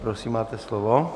Prosím, máte slovo.